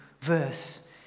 verse